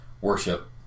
worship